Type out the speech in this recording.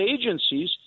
agencies